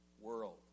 world